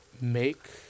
Make